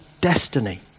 destiny